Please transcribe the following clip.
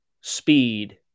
speed